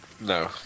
No